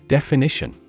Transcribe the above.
Definition